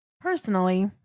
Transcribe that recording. personally